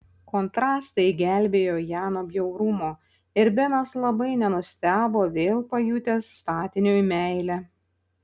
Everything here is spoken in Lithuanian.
kontrastai gelbėjo ją nuo bjaurumo ir benas labai nenustebo vėl pajutęs statiniui meilę